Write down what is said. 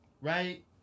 right